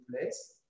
place